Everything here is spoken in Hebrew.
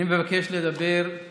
אני מבקש לדבר,